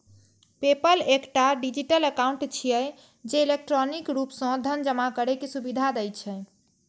PayPal एकटा digital account छियै, जे इलेक्ट्रॉनिक रूप सं धन जमा करै के सुविधा दै छै